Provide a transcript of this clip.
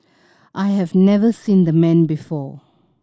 I have never seen the man before